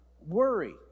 worry